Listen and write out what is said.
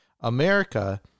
America